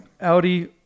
Audi